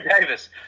Davis